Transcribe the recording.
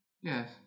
Yes